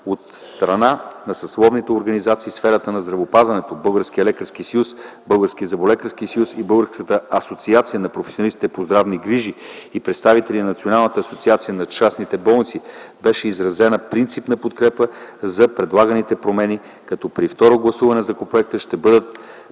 От страна на съсловните организации в сферата на здравеопазването - Български лекарски съюз, Български зъболекарски съюз и Българската асоциация на професионалистите по здравни грижи и представителите на Националната асоциация на частните болници, беше изразена принципна подкрепа за предлаганите промени като при второ гласуване на законопроекта ще бъдат